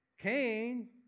Cain